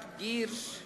בת הירש וחיה,